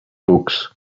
books